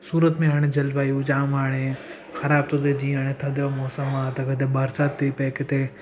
सूरत में हाणे जलवायु जाम हाणे ख़राबु थो थिए जीअं थधि जो मौसम आहे त किथे बरसाति थी पए किथे